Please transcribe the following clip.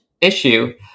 issue